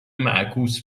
معکوس